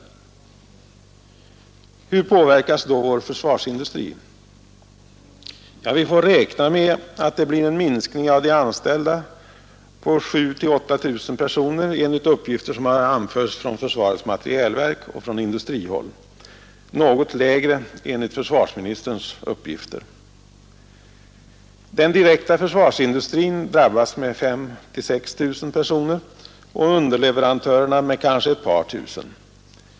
Hur påverkas då vår försvarsindustri? Ja, vi får räkna med att det blir en minskning av de anställda på 7 000—8 000 personer, enligt uppgifter som har anförts från försvarets materielverk och från industrihåll, något lägre enligt försvarsministerns uppgifter. Den direkta försvarsindustrin drabbas med en minskning av 5 000—6 000 personer och underleverantörerna med kanske ett par tusen.